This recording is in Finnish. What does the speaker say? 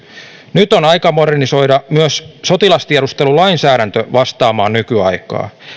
nyt on aika modernisoida myös sotilastiedustelulainsäädäntö vastaamaan nykyaikaa